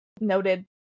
noted